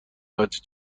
بچه